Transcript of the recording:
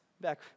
back